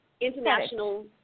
international